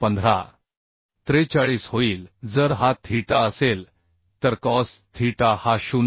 43 होईल जर हा थीटा असेल तर कॉस थीटा हा 0